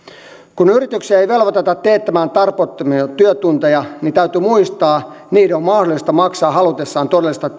kun yrityksiä ei velvoiteta teettämään tarpeettomia työtunteja niin täytyy muistaa että niiden on mahdollista maksaa halutessaan